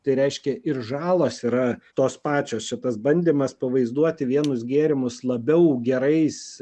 tai reiškia ir žalos yra tos pačios čia tas bandymas pavaizduoti vienus gėrimus labiau gerais